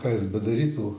ką jis bedarytų